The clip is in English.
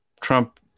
Trump